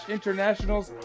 Internationals